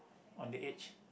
on the edge